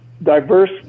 diverse